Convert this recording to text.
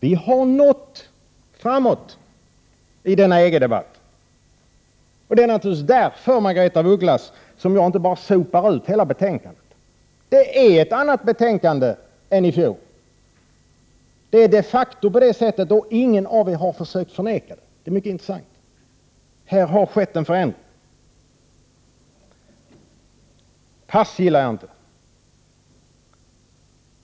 Vi har nått framåt i denna EG-debatt. Det är naturligtvis därför, Margaretha af Ugglas, som jag inte bara sopar ut hela betänkandet. Det är de facto ett annat betänkande än i fjol. Ingen av er har försökt förneka det. Det är mycket intressant. Det har skett en förändring. Passtvång tycker jag inte om.